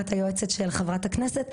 את היועצת של חברת הכנסת,